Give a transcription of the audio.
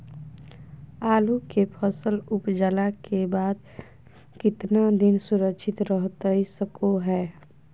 आलू के फसल उपजला के बाद कितना दिन सुरक्षित रहतई सको हय?